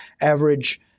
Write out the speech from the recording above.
average